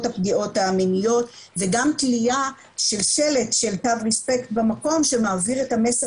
הפגיעות המיניות וגם תלייה של שלט של תו ריספקט במקום שמעביר את המסר